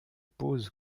pose